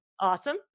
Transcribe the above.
Awesome